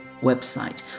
website